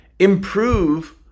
improve